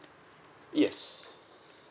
yes